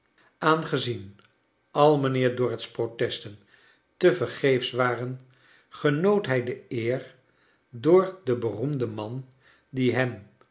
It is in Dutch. aangezien al mijnheer dorrit's protesten te vergeefsch waren genoot hij de eer door den beroemden man die hem